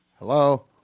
Hello